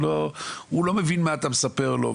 הוא לא מבין מה אתה מספר לו,